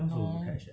no